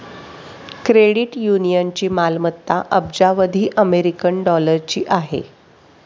credit युनियनची मालमत्ता अब्जावधी अमेरिकन डॉलरची आहे